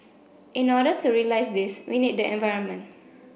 in order to realise this we need the environment